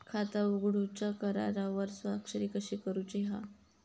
खाता उघडूच्या करारावर स्वाक्षरी कशी करूची हा?